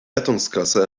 rettungsgasse